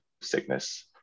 sickness